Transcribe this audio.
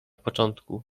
początku